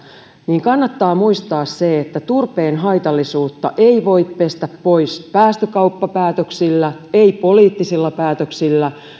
niin kannattaa muistaa se että turpeen haitallisuutta ei voi pestä pois päästökauppapäätöksillä eikä poliittisilla päätöksillä